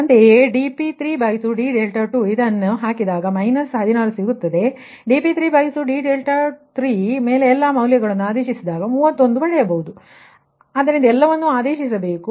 ಅಂತೆಯೇ dP3d2 ಇದನ್ನೆಲ್ಲಾ ಹಾಕಿದರೆ ಅದು 16 ಆಗುತ್ತದೆ ಮತ್ತು dP3d3 ಮೇಲೆ ಎಲ್ಲಾ ಮೌಲ್ಯಗಳನ್ನುಆದೇಶಿಸಿದಾಗ 31ನ್ನು ಪಡೆಯಬಹುದು ಆದ್ದರಿಂದ ಎಲ್ಲವನ್ನು ಆದೇಶಿಸಬೇಕು